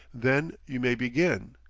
then you may begin.